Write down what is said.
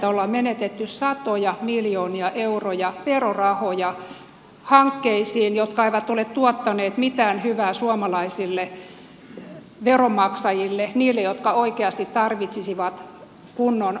on menetetty satoja miljoonia euroja verorahoja hankkeisiin jotka eivät ole tuottaneet mitään hyvää suomalaisille veronmaksajille niille jotka oikeasti tarvitsisivat kunnon terveydenhoitopalveluita